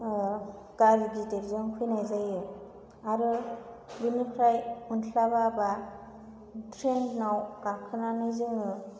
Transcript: गारि गिदिरजों फैनाय जायो आरो बिनिफ्राय मोनस्लाबा बा ट्रेनाव गाखोनानै जोंङो